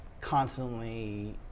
constantly